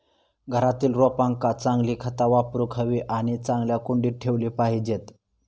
घरातील रोपांका चांगली खता वापरूक हवी आणि चांगल्या कुंडीत ठेवली पाहिजेत